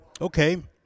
okay